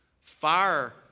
Fire